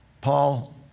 Paul